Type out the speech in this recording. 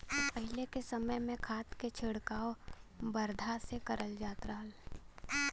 पहिले के समय में खाद के छिड़काव बरधा से करल जात रहल